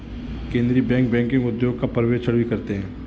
केन्द्रीय bank banking उद्योग का पर्यवेक्षण भी करते हैं